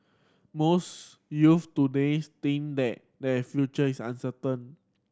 most youth today think that their future is uncertain